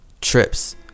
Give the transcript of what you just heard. trips